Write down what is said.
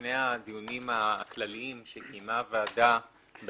בשני הדיונים הכלליים שקיימה הוועדה על